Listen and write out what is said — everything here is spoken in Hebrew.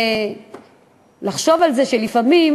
לחשוב על זה שלפעמים